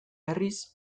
berriz